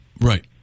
Right